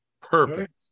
Perfect